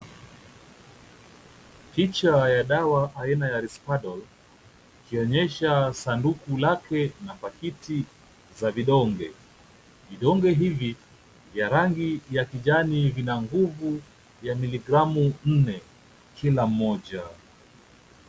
Picha ya dawa aina ya Risperdal, ikionyesha sanduku lake na pakiti za vidonge. Vidonge hivi vya rangi ya kijani vina nguvu ya miligramu nne kila moja.